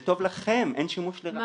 כי זה טוב לכם, אין שימוש לרעה.